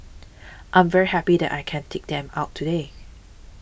I'm very happy that I can take them out today